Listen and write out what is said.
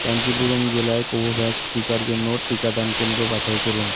কাঞ্জিপুরম জেলায় কোভোভ্যাক্স টিকার জন্য টিকাদান কেন্দ্র বাছাই করুন